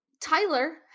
Tyler